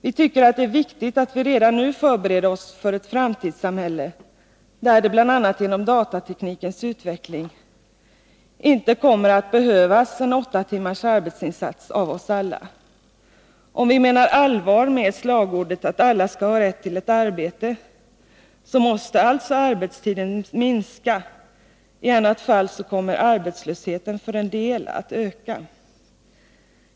Vi tycker att det är viktigt att vi redan nu förbereder oss för ett framtidssamhälle där det bl.a. genom datateknikens utveckling inte kommer att behövas en åtta timmars arbetsinsats av oss alla. Om vi menar allvar med slagordet att alla skall ha rätt till ett arbete, måste alltså arbetstiden minska — i annat fall kommer arbetslösheten för en del att öka.